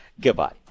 Goodbye